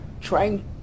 trying